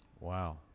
Wow